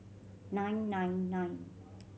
nine nine nine